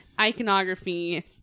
iconography